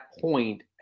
point